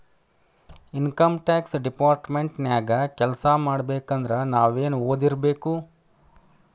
Income tax department ನ್ಯಾಗ್ ಕೆಲ್ಸಾಮಾಡ್ಬೇಕಂದ್ರ ನಾವೇನ್ ಒದಿರ್ಬೇಕು?